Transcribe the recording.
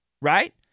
right